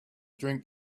drink